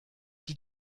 die